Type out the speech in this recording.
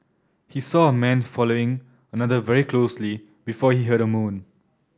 he saw a man following another very closely before he heard a moan